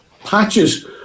patches